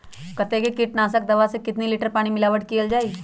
कतेक किटनाशक दवा मे कितनी लिटर पानी मिलावट किअल जाई?